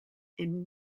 and